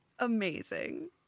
amazing